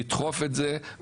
לדחוף את זה,